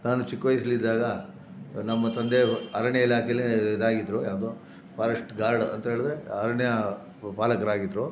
ನಾನು ಚಿಕ್ಕ ವಯ್ಸಲ್ಲಿದ್ದಾಗ ನಮ್ಮ ತಂದೆಯವರು ಅರಣ್ಯ ಇಲಾಖೆಯಲ್ಲಿ ಇದಾಗಿದ್ದರು ಯಾವುದು ಫಾರೆಸ್ಟ್ ಗಾರ್ಡ್ ಅಂತ ಹೇಳಿದ್ರೆ ಅರಣ್ಯ ಪಾಲಕರಾಗಿದ್ರು